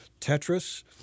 Tetris